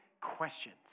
questions